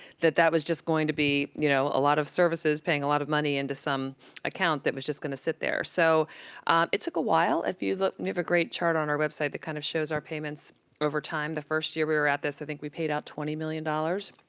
that that was just going to be, you know, a lot of services paying a lot of money into some account that was just going to sit there. so it took a while. if you look, we have a great chart on our website that kind of shows our payments over time. the first year we were at this, i think we paid out twenty million dollars,